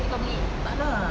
tak nak